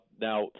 Now